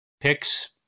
picks